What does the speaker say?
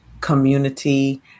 community